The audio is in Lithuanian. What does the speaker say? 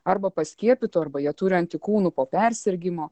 arba paskiepytų arba jie turi antikūnų po persirgimo